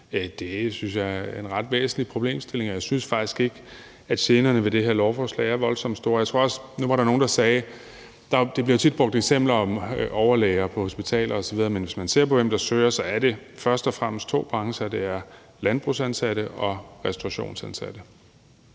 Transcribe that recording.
Det synes jeg er en ret væsentlig problemstilling. Jeg synes faktisk ikke, at generne ved det her lovforslag er voldsomt store. Nu var der nogle, der sagde, at der tit bliver brugt eksempler med overlæger på hospitaler osv., men hvis man ser på, hvem der søger, er det først og fremmest inden for to brancher: Det er landbrugsansatte og restaurationsansatte.